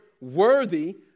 worthy